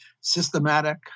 systematic